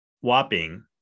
whopping